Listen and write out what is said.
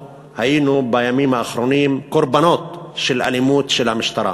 בימים האחרונים היינו קורבנות של אלימות המשטרה.